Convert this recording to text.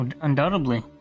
Undoubtedly